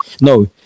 no